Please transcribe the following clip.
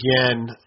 again